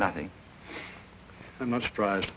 nothing i'm not surprised